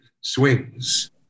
swings